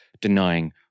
denying